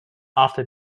after